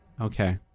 Okay